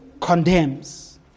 condemns